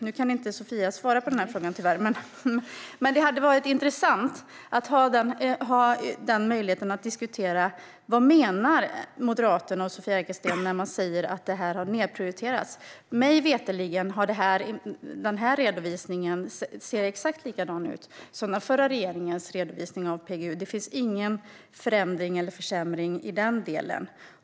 Nu kan Sofia Arkelsten tyvärr inte svara på frågan, men det hade varit intressant att få diskutera vad Moderaterna och Sofia Arkelsten menar när man säger att PGU har nedprioriterats. Mig veterligen ser denna redovisning exakt likadan ut som den förra regeringens redovisning av PGU. Det finns ingen förändring eller försämring i den delen.